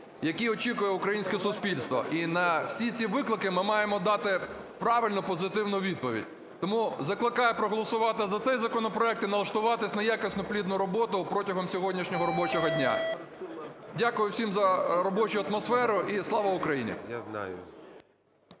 які очікує українське суспільство. І на всі ці виклики ми маємо дати правильну позитивну відповідь. Тому закликаю проголосувати за цей законопроект і налаштуватись на якісну, плідну роботу протягом сьогоднішнього робочого дня. Дякую всім за робочу атмосферу. І слава Україні!